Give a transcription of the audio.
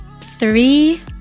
Three